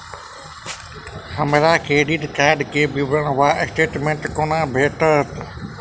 हमरा credit card केँ विवरण वा स्टेटमेंट कोना भेटत?